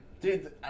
Dude